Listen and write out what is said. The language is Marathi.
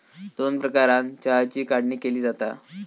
दोन प्रकारानं चहाची काढणी केली जाता